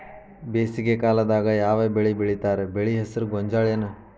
ಬೇಸಿಗೆ ಕಾಲದಾಗ ಯಾವ್ ಬೆಳಿ ಬೆಳಿತಾರ, ಬೆಳಿ ಹೆಸರು ಗೋಂಜಾಳ ಏನ್?